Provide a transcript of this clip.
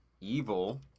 evil